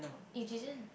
you didn't